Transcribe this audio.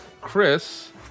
chris